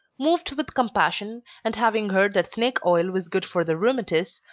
moved with compassion, and having heard that snake oil was good for the rheumatiz,